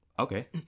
Okay